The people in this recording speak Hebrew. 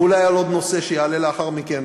ואולי על עוד נושא שיעלה לאחר מכן,